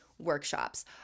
workshops